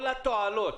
כל התועלות